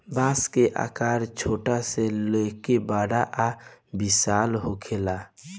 बांस के आकर छोट से लेके बड़ आ विशाल होखेला